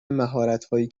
مهارتهایی